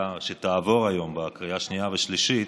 שתעבור היום בקריאה שנייה ושלישית,